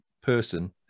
person